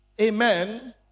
Amen